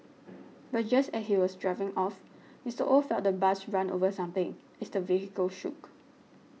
but just as he was driving off Mister Oh felt the bus run over something as the vehicle shook